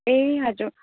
ए हजुर